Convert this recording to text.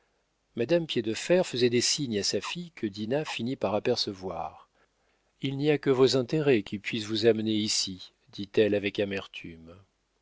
madame piédefer faisait des signes à sa fille que dinah finit par apercevoir il n'y a que vos intérêts qui puissent vous amener ici dit-elle avec amertume